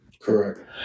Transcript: Correct